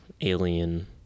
alien